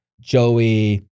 Joey